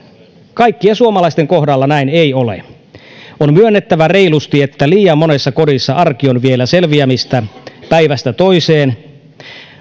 kaikkien suomalaisten kohdalla näin ei ole on myönnettävä reilusti että liian monessa kodissa arki on vielä selviämistä päivästä toiseen